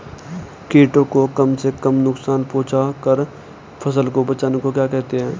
कीटों को कम से कम नुकसान पहुंचा कर फसल को बचाने को क्या कहते हैं?